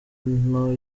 nto